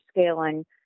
scaling